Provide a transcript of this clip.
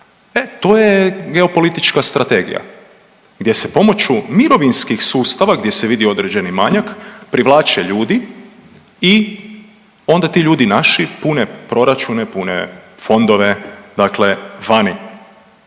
to je geopolitička strategija gdje se pomoću mirovinskih sustava gdje se vidi određeni manjak privlače ljudi i onda ti ljudi naši pune proračune, pune fondove, dakle vani.